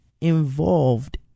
involved